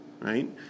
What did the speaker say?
right